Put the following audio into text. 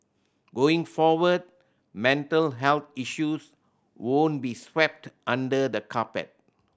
going forward mental health issues won't be swept under the carpet